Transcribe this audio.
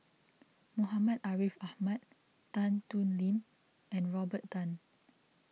Muhammad Ariff Ahmad Tan Thoon Lip and Robert Tan